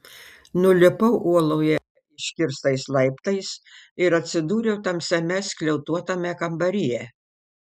nulipau uoloje iškirstais laiptais ir atsidūriau tamsiame skliautuotame kambaryje